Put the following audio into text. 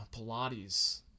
Pilates